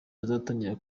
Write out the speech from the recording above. bazatangira